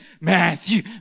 Matthew